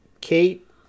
Kate